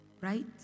Right